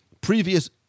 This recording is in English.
previous